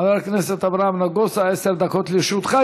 חבר הכנסת אברהם נגוסה, עשר דקות לרשותך.